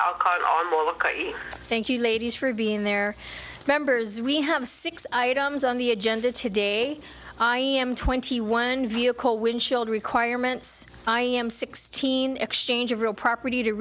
ok thank you ladies for being there members we have six items on the agenda today i am twenty one vehicle windshield requirements i am sixteen exchange of real property to